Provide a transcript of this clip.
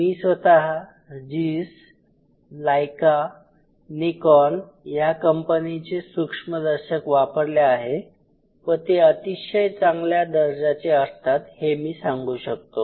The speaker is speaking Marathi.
मी स्वतः झीस लाइका निकॉन या कंपनीचे सूक्ष्मदर्शक वापरले आहेत व ते अतिशय चांगल्या दर्जाचे असतात हे मी सांगू शकतो